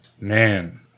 man